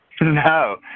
No